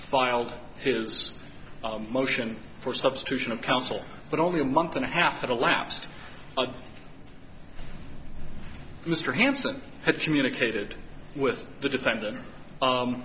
filed his motion for substitution of counsel but only a month and a half elapsed mr hanson had communicated with the defendant